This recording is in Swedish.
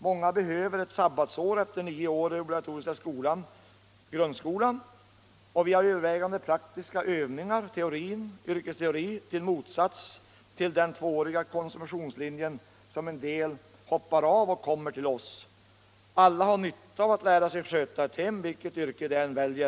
Många behöver ett sabbatsår efter nio år i den = nisk kurs inom obligatoriska skolan, grundskolan. Vi har övervägande praktiska övning — gymnasieutbildar, yrkesteori, i motsats till den tvååriga konsumtionslinjen, som en del” — ningen hoppar av från och kommer till oss. Alla har nytta av att lära sig sköta ett hem, vilket yrke de än väljer.